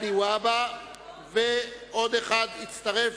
חבר הכנסת מגלי והבה, ועוד אחד הצטרף,